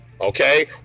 okay